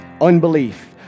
Unbelief